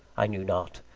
i knew not.